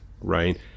right